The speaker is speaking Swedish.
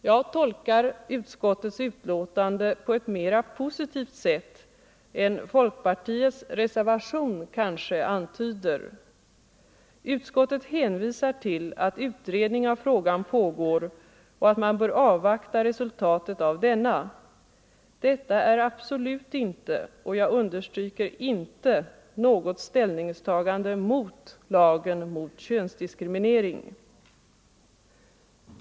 Jag tolkar utskottets skrivning på ett mer positivt sätt än folkpartiets utskottsledamöter gör i sin reservation. Utskottsmajoriteten hänvisar till att utredning av frågan pågår och att man bör avvakta resultatet av denna. Det är absolut inte — jag understryker inte — något ställningstagande mot lagen mot könsdiskriminering.